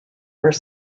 were